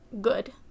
good